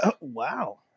Wow